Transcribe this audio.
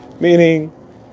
meaning